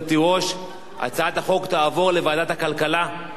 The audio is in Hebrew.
הצעת החוק תעבור לוועדת הכלכלה של הכנסת.